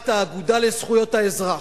הנהלת האגודה לזכויות האזרח,